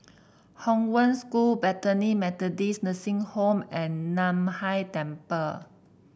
Hong Wen School Bethany Methodist Nursing Home and Nan Hai Temple